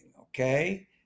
okay